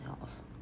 else